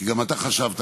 כי גם אתה חשבת ככה,